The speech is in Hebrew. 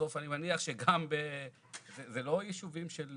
בסוף אני מניח שזה לא ישובים של